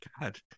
God